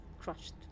crushed